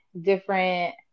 different